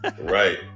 Right